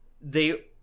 they-